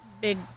big